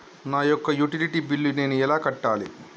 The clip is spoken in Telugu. నా యొక్క యుటిలిటీ బిల్లు నేను ఎలా కట్టాలి?